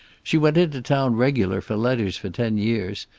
she went in to town regular for letters for ten years,